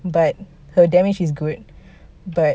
but her damage is good but